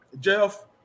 Jeff